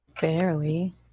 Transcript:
barely